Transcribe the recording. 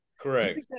Correct